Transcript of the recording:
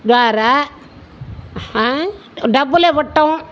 ద్వారా డబ్బులే పట్టం